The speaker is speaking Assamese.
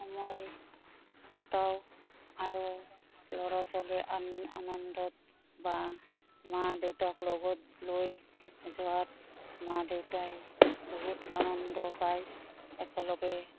সময় কটাও আৰু ল'ৰা ছোৱালীৰ আন আনন্দত বা মা দেউতাক লগত লৈ যোৱাত মা দেউতাই বহুত আনন্দ পায় একেলগে